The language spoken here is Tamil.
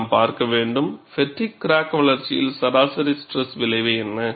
நாம் பார்க்க வேண்டும் ஃப்பெட்டிக் கிராக் வளர்ச்சியில் சராசரி ஸ்ட்ரெஸ் விளைவு என்ன